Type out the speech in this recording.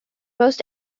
most